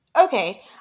Okay